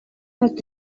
not